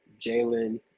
Jalen